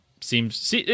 seems